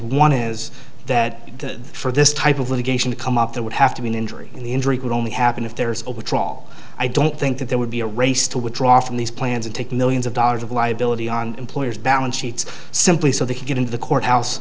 one is that the for this type of litigation to come up there would have to be an injury and the injury could only happen if there's a trawl i don't think that there would be a race to withdraw from these plans and take millions of dollars of liability on employers balance sheets simply so they can get into the courthouse